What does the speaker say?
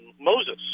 Moses